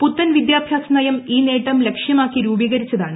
പുത്തൻ വിദ്യഭ്യാസ നയം ഈ നേട്ടം ലക്ഷ്യമാക്കി രൂപീകരിച്ചതാണ്